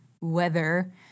weather